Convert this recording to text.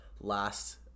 last